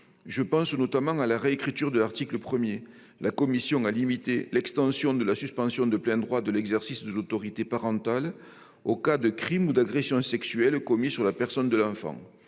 plus précisément sur la réécriture de l'article 1. La commission a limité l'extension de la suspension de plein droit de l'exercice de l'autorité parentale aux cas de crime ou d'agression sexuelle commis sur la personne de l'enfant.